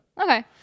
Okay